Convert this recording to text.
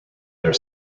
their